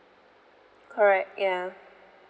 correct ya